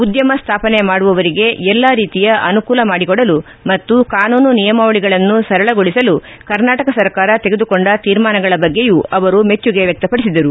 ಉದ್ದಮ ಸ್ವಾಪನೆ ಮಾಡುವವರಿಗೆ ಎಲ್ಲ ರೀತಿಯ ಅನುಕೂಲ ಮಾಡಿಕೊಡಲು ಮತ್ತು ಕಾನೂನು ನಿಯಮಾವಳಿಗಳನ್ನು ಸರಳಗೊಳಿಸಲು ಕರ್ನಾಟಕ ಸರ್ಕಾರ ತೆಗೆದುಕೊಂಡ ತೀರ್ಮಾನಗಳ ಬಗ್ಗೆಯೂ ಅವರು ಮೆಚ್ಚುಗೆ ವ್ಯಕ್ತಪಡಿಸಿದರು